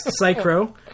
psychro